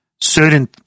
certain